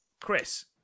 Chris